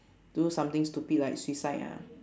do something stupid like suicide ah